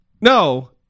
No